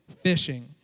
fishing